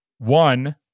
One